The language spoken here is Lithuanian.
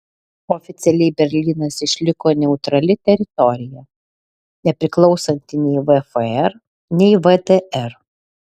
oficialiai berlynas išliko neutrali teritorija nepriklausanti nei vfr nei vdr